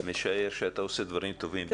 אני משער שאתה עושה דברים טובים.